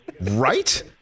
right